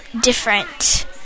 different